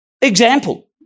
example